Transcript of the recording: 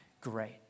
great